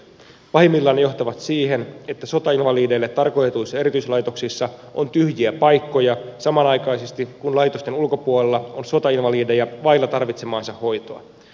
pahimmillaan ne johtavat siihen että sotainvalideille tarkoitetuissa erityislaitoksissa on tyhjiä paikkoja samanaikaisesti kun laitosten ulkopuolella on sotainvalideja vailla tarvitsemaansa hoitoa